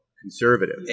conservative